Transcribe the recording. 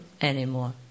anymore